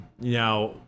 Now